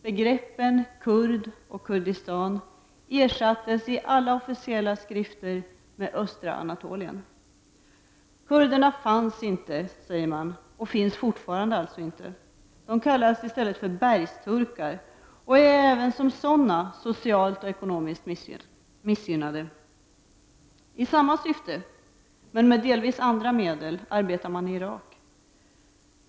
Begreppen kurd och Kurdistan ersattes i alla officiella turkiska skrifter med ”Östra Anatolien”. Kurderna fanns inte, säger man, och de finns fortfarande inte. De kallas för ”bergsturkar” och är även som sådana socialt och ekonomiskt missgynnade. I samma syfte men med delvis andra medel arbetar man i Irak.